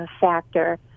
factor